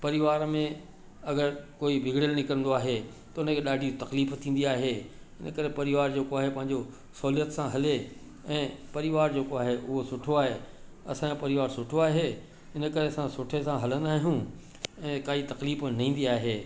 परिवार में अगरि कोई बिगड़ियल निकिरंदो आहे त उन खे ॾाढी तक़लीफ थींदी आहे इन करे परिवार जेको आहे पंहिंजो सहूलियत सां हले ऐं परिवार जेको आहे उहो सुठो आहे असांजो परिवार सुठो आहे इन करे असां सुठे सां हलंदा आहियूं ऐं काई तक़लीफ न ईंदी आहे